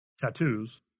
tattoos